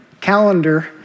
calendar